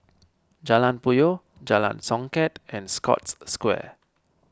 Jalan Puyoh Jalan Songket and Scotts Square